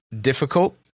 difficult